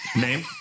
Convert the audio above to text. Name